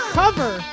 cover